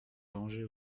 danger